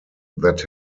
that